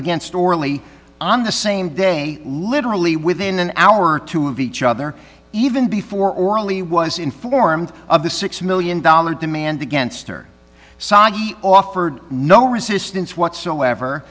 against orly on the same day literally within an hour or two of each other even before orally was informed of the six million dollars demand against or soggy offered no resistance whatsoever